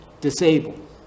disabled